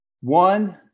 One